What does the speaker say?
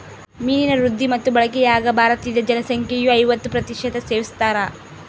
ಮೀನಿನ ವೃದ್ಧಿ ಮತ್ತು ಬಳಕೆಯಾಗ ಭಾರತೀದ ಜನಸಂಖ್ಯೆಯು ಐವತ್ತು ಪ್ರತಿಶತ ಸೇವಿಸ್ತಾರ